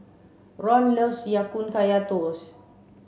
Ron loves Ya Kun Kaya Toast